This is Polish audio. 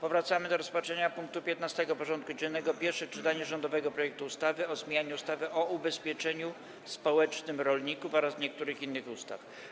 Powracamy do rozpatrzenia punktu 15. porządku dziennego: Pierwsze czytanie rządowego projektu ustawy o zmianie ustawy o ubezpieczeniu społecznym rolników oraz niektórych innych ustaw.